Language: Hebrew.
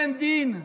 אין דין?